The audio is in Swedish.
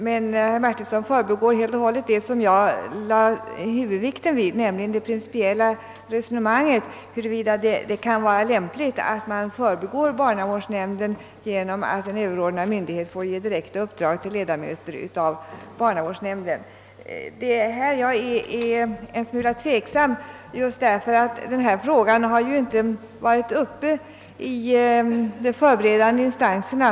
Men herr Martinsson förbiser helt det som jag lade huvudvikten vid, nämligen det principiella resonemanget huruvida det kan vara lämpligt att man förbigår barnavårdsnämnden på det sättet att en överordnad myndighet får ge direkta uppdrag till ledamöter av barnavårdsnämnden. Det är på den punkten jag är en smula tveksam, eftersom denna fråga inte har behandlats av de förberedande instanserna.